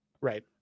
Right